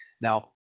Now